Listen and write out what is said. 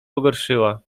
pogorszyła